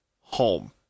home